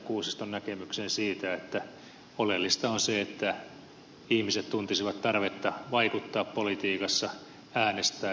kuusiston näkemykseen siitä että oleellista on se että ihmiset tuntisivat tarvetta vaikuttaa politiikassa äänestää